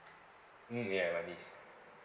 mm yeah my niece